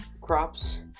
crops